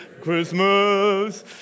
Christmas